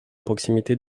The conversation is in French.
proximité